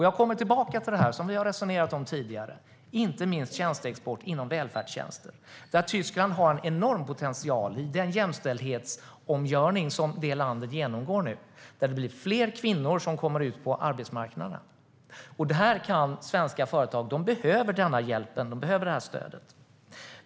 Jag kommer tillbaka till det här som vi har resonerat om tidigare, inte minst tjänsteexport inom välfärdstjänster, där Tyskland har en enorm potential i den jämställdhetsomgörning som det landet genomgår nu. Det blir fler kvinnor som kommer ut på arbetsmarknaden, och det här kan svenska företag. I Tyskland behöver man den här hjälpen och det här stödet.